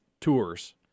tours